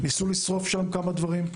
ניסו לשרוף שם כמה דברים,